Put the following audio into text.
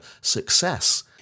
success